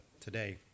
today